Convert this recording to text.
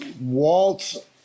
Walt